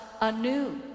anew